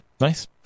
Nice